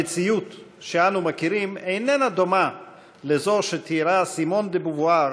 המציאות שאנו מכירים איננה דומה לזו שתיארה סימון דה-בובואר